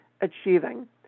achieving